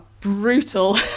brutal